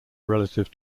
relative